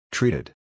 Treated